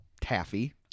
Taffy